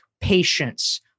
patience